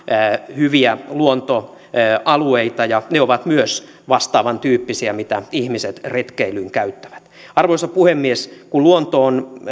hyviä luontoalueita ja ne ovat myös vastaavantyyppisiä mitä ihmiset retkeilyyn käyttävät arvoisa puhemies kun luonto on